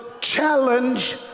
challenge